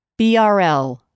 BRL